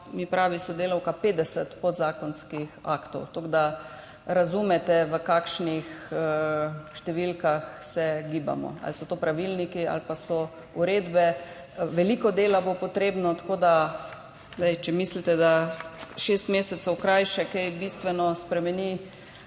mi pravi, 50 podzakonskih aktov, tako da razumete, v kakšnih številkah se gibamo, ali so to pravilniki ali pa so uredbe. Veliko dela bo potrebnega, tako da če mislite, da šest mesecev krajše kaj bistveno spremeni